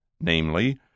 namely